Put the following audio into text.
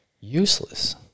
Useless